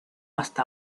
hasta